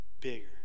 bigger